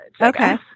Okay